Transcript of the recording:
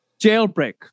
Jailbreak